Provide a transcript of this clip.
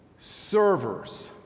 servers